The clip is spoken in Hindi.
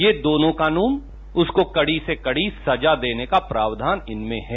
ये दोनों कानून उसको कड़ी से कड़ी सजा देने का प्रावधान इनमें है